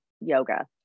yoga